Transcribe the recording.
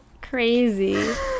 Crazy